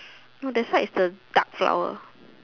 no that side is the dark flower